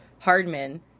Hardman